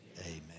Amen